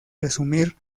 resumir